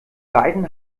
beiden